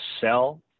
sell